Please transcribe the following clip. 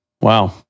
wow